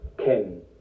Ken